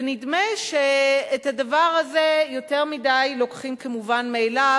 ונדמה שאת הדבר הזה יותר מדי לוקחים כמובן מאליו,